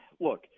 Look